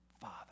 father